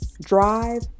drive